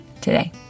today